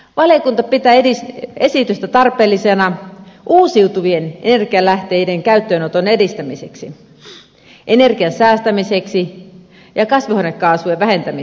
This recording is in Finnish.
valiokunta pitää esitystä tarpeellisena uusiutuvien energialähteiden käyttöönoton edistämiseksi energian säästämiseksi ja kasvihuonekaasupäästöjen vähentämiseksi